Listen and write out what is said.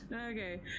Okay